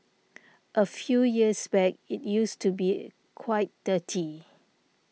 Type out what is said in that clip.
a few years back it used to be quite dirty